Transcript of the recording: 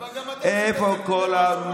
אבל גם אתם, הגיע הזמן לעשות שינוי אמיתי.